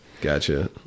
gotcha